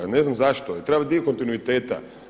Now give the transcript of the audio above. Ne znam zašto. … dio kontinuiteta.